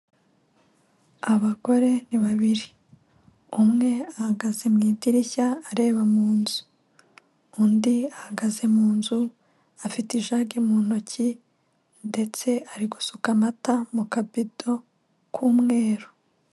Abagore ni babiri umwe ahagaze mu idirishya areba mu nzu undi ahagaze mu nzu afite ijagi mu ntoki ndetse ari gusuka amata mu kabito k'umweru.